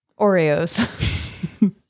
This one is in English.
oreos